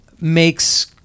makes